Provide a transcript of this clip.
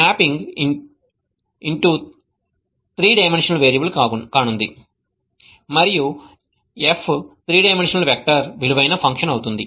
మాన x3 dimensional variable కానుంది మరియు f 3 డైమెన్షనల్ వెక్టర్ విలువైన ఫంక్షన్ అవుతుంది